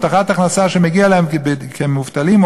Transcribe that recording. הבטחת הכנסה שמגיעה להם כי הם מובטלים,